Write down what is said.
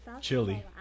Chili